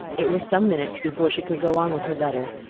it was some minutes before she could go on with her letter,